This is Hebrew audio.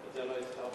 את זה לא הזכרת בכלל.